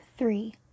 Three